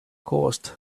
caused